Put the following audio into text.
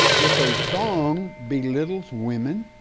if a song belittles women,